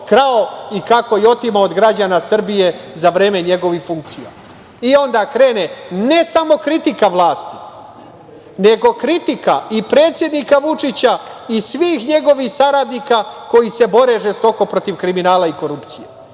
krao i kako je otimao od građana Srbije za vreme njegove funkcije. Onda krene, ne samo kritika vlasti, nego kritika i predsednika Vučića i svih njegovih saradnika koji se bore žestoko protiv kriminala i korupcije